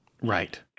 Right